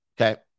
okay